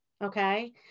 Okay